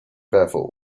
therefore